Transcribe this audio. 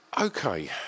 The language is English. Okay